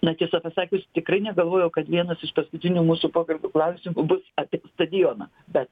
na tiesą pasakius tikrai negalvojau kad vienas iš paskutinių mūsų pokalbio klausimų bus apie stadioną bet